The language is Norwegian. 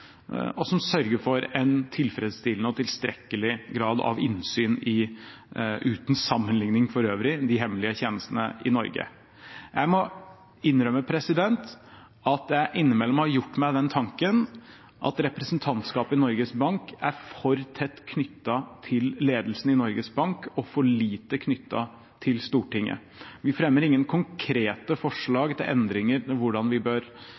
og som sørger for en tilfredsstillende og tilstrekkelig grad av innsyn i – uten sammenligning for øvrig – de hemmelige tjenestene i Norge. Jeg må innrømme at jeg innimellom har gjort meg den tanken at representantskapet i Norges Bank er for tett knyttet til ledelsen i Norges Bank og for lite knyttet til Stortinget. Vi fremmer ingen konkrete forslag til endringer og hvordan vi bør